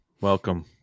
Welcome